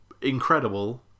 incredible